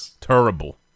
Terrible